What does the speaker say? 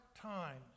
times